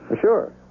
Sure